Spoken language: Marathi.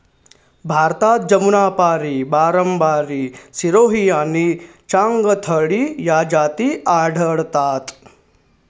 भारतात जमुनापारी, बारबारी, सिरोही आणि चांगथगी या जाती आढळतात